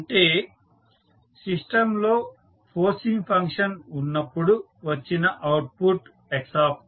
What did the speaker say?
అంటే సిస్టంలో forcing function ఉన్నప్పుడు వచ్చిన అవుట్పుట్ xt